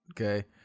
okay